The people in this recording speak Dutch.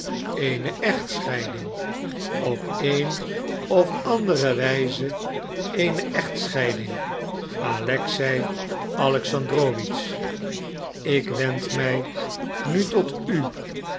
eene echtscheiding op een of andere wijze eene echtscheiding alexei alexandrowitsch ik wend mij nu tot u